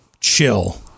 chill